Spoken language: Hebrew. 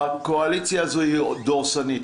הקואליציה זוהי דורסנית,